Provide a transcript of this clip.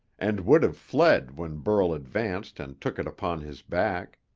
and would have fled when burl advanced and took it upon his back.